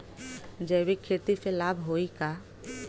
जैविक खेती से लाभ होई का?